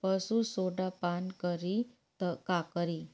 पशु सोडा पान करी त का करी?